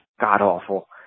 god-awful